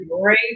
great